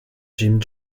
jim